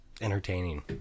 entertaining